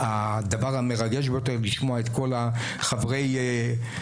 והדבר המרגש ביותר הוא לשמוע את כל חברי הסיעות,